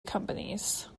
companies